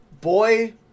boy